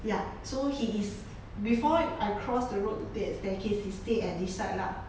ya so he is before I cross the road to take the staircase he stay at this side lah